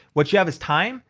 what you have is time,